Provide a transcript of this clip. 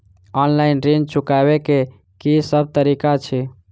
Online ऋण चुकाबै केँ की सब तरीका अछि?